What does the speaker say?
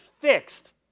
fixed